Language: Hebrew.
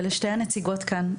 ולשתי הנציגות כאן,